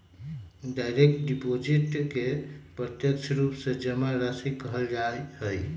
direct deposit के प्रत्यक्ष रूप से जमा राशि कहल जा हई